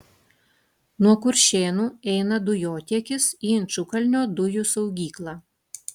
nuo kuršėnų eina dujotiekis į inčukalnio dujų saugyklą